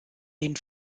den